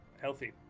healthy